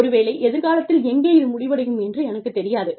ஒருவேளை எதிர்காலத்தில் எங்கே இது முடிவடையும் என்று எனக்குத் தெரியாது